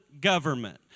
government